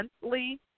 gently